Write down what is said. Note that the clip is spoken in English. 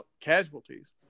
Casualties